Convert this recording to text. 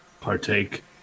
partake